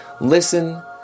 listen